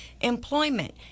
employment